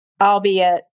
albeit